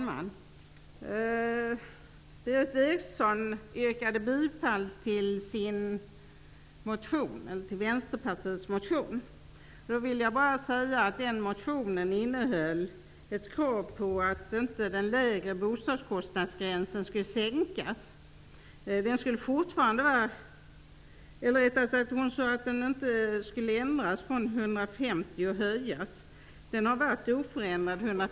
Herr talman! Berith Eriksson yrkade bifall till Vänsterpartiets motion. Den motionen innehåller ett krav att den nedre bostadskostnadsgränsen inte skall sänkas -- hon sade att den inte skall höjas utan bibehållas vid 150 kr.